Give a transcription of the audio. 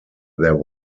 there